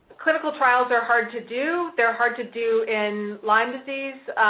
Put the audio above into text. clinical trials are hard to do. they're hard to do in lyme disease